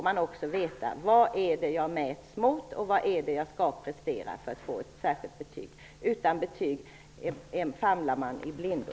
Eleven får veta vilka kriterier han/hon mäts utifrån och vilken prestation som krävs för ett särskilt betyg. Utan betyg famlar man i blindo.